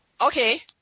okay